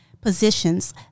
positions